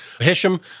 Hisham